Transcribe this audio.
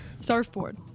Surfboard